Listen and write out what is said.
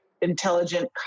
intelligent